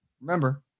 Remember